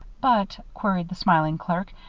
but, queried the smiling clerk,